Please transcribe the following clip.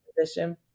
position